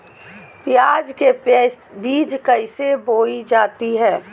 प्याज के बीज कैसे बोई जाती हैं?